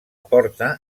porta